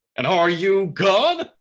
and are you gone?